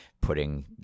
putting